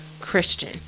Christian